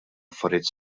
affarijiet